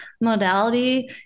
modality